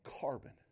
carbon